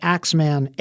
Axeman